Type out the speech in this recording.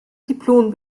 diplom